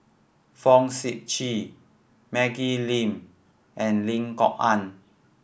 Fong Sip Chee Maggie Lim and Lim Kok Ann